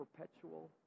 perpetual